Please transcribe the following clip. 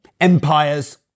empires